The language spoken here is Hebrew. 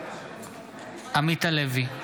אינו נוכח עמית הלוי,